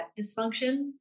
dysfunction